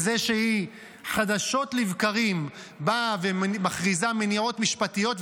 בזה שהיא חדשות לבקרים באה ומכריזה על מניעות משפטיות,